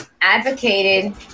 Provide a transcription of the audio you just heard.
advocated